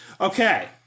Okay